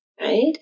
Right